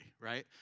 right